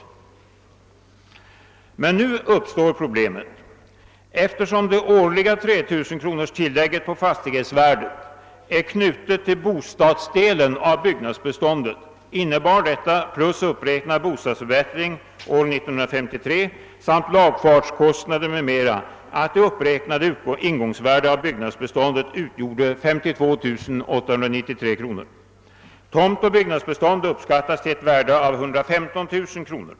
Men nu uppstår problemet. Eftersom det årliga 3 000-kronorstillägget på fastighetsvärdet är knutet till bostadsdelen av byggnadsbeståndet innebar detta jämte uppräknad bostadsförbättring år 1953 samt lagfartskostnader m.m., att det uppräknade ingångsvärdet av byggnadsbeståndet utgjorde 52893 kronor. Tomt och byggnadsbestånd uppskattades till ett värde av 115 000 kronor.